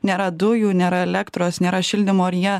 nėra dujų nėra elektros nėra šildymo ar jie